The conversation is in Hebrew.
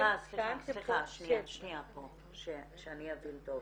טענתם פה --- סליחה, שאבין טוב.